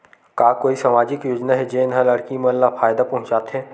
का कोई समाजिक योजना हे, जेन हा लड़की मन ला फायदा पहुंचाथे?